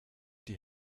die